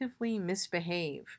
misbehave